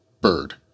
Bird